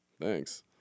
thanks